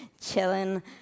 chilling